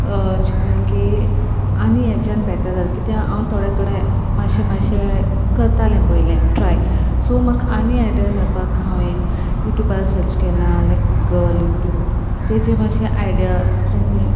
चितलें की आनी हेज्यान बॅटर जालें कित्या हांव थोडें थोडें मातशें मातशें करतालें पयलें ट्राय सो म्हाक आनी आयडियार मेळपाक हांवेन यूट्यूबार सर्च केलां लायक गुगल यूट्यूब तेजे मातशे आयडिया तें